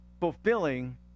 Fulfilling